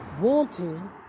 wanting